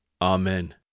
Amen